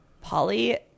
Polly